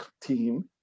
team